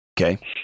Okay